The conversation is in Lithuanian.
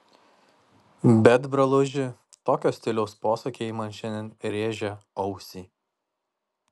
bet broluži tokio stiliaus posakiai man šiandien rėžia ausį